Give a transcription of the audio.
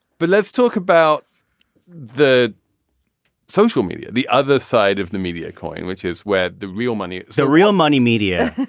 but let's talk about the social media, the other side of the media coin, which is where the real money so real money. media.